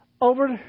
over